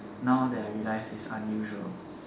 now that I realize is unusual